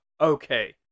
okay